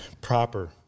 Proper